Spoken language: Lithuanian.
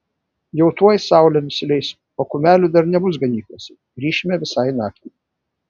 jau tuoj saulė nusileis o kumelių dar nebus ganyklose grįšime visai naktį